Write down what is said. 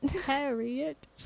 Harriet